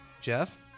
Jeff